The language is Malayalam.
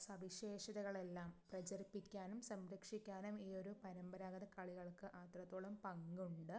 സവിശേഷതകളെല്ലാം പ്രചരിപ്പിക്കാനും സംരക്ഷിക്കാനും ഈ ഒരു പരമ്പരാഗത കളികൾക്ക് അത്രത്തോളം പങ്കുണ്ട്